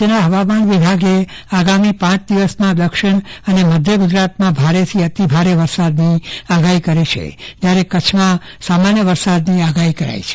રાજ્યના હવામાન વિભાગે આગામી પાંચ દિવસમાં દક્ષિણ અને મધ્ય ગુજરાતમાં ભારેથી અતિ ભારે વરસાદનીઆગાહી કરી છે જ્યારે કચ્છમાં સામાન્ય વરસાદની આગાહી કરાઈ છે